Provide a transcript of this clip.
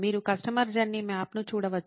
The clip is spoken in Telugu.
మీరు కస్టమర్ జర్నీ మ్యాప్ను చూడవచ్చు